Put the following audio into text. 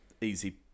easy